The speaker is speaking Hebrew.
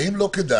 האם לא כדאי